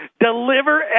deliver